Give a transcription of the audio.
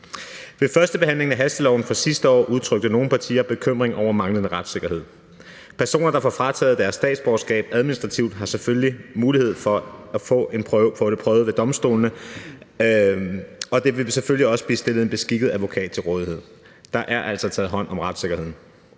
Ved førstebehandlingen af hasteloven sidste år udtrykte nogle partier bekymring over manglende retssikkerhed. Personer, der får frataget deres statsborgerskab administrativt, har selvfølgelig mulighed for at få det prøvet ved domstolene, og der vil selvfølgelig også blive stillet en beskikket advokat til rådighed. Der er altså taget hånd om retssikkerheden.